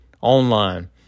online